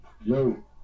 Yo